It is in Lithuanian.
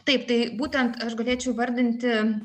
taip tai būtent aš galėčiau įvardinti